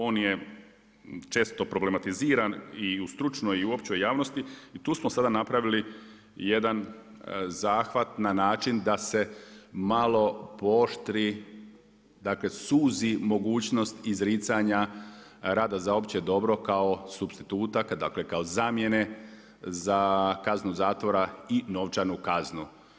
On je često problematiziran i u stručnoj i u općoj javnosti i tu smo sada napravili jedan zahvat na način da se malo pooštri, dakle suzi mogućnost izricanja rada za opće dobro kao supstituta, dakle kao zamjene za kaznu zatvora i novčanu kaznu.